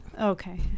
Okay